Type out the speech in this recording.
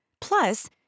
Plus